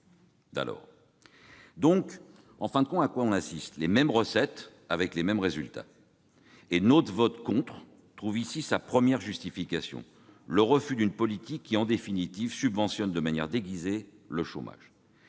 d'alors. En fin de compte, les mêmes recettes conduisent aux mêmes résultats. Notre vote contre trouve ici sa première justification : le refus d'une politique qui, en définitive, subventionne de manière déguisée le chômage.